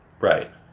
Right